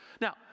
now